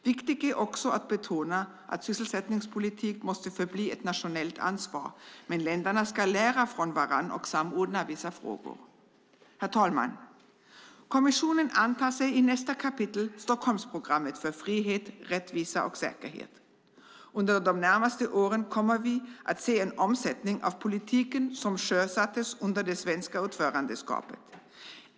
Det är också viktigt att betona att sysselsättningspolitik måste förbli ett nationellt ansvar. Men länderna ska lära av varandra och samordna vissa frågor. Herr talman! Kommissionen antar i nästa kapitel Stockholmsprogrammet för frihet, rättvisa och säkerhet. Under de närmaste åren kommer vi att se en omsättning av den politik som sjösattes under det svenska ordförandeskapet.